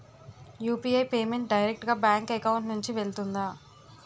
UPI payment direct గా bank account నుంచి వెళ్తుందా?